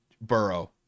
Burrow